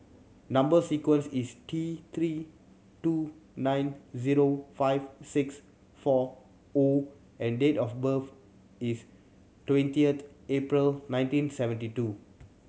number sequence is T Three two nine zero five six four O and date of birth is twentieth April nineteen seventy two